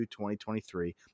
2023